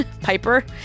Piper